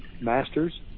Masters